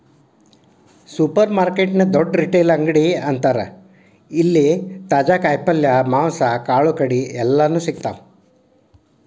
supermarket ನ ದೊಡ್ಡ retail ಅಂಗಡಿ ಅಂತಾರ ಇಲ್ಲಿ ತಾಜಾ ಕಾಯಿ ಪಲ್ಯ, ಮಾಂಸ, ಕಾಳುಕಡಿ ಎಲ್ಲಾನೂ ಸಿಗ್ತಾವ